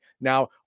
Now